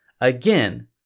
again